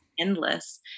endless